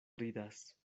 ridas